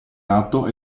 atto